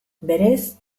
berez